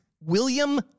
William